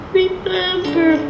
remember